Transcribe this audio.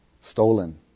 stolen